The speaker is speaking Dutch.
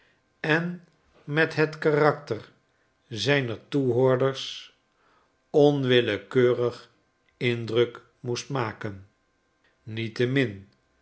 en met het karakter zijner toehoorders onwillekeurig indruk moest maken niettemin